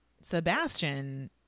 Sebastian